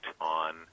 on